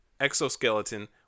exoskeleton